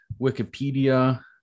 Wikipedia